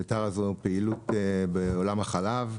וטרה זו פעילות בעולם החלב,